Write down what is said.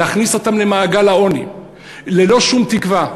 ולהכניס אותם למעגל העוני ללא שום תקווה.